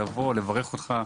לברך אותך,